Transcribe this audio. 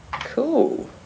cool